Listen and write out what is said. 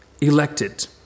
Elected